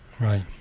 Right